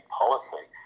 policy